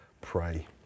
pray